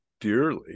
dearly